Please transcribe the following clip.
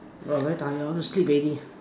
!wah! very tired I want to sleep already